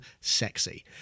sexy